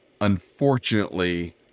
Unfortunately